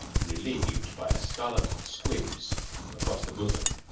relieved by a scarlet squibs across the bosom.